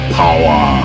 power